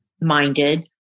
minded